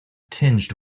tinged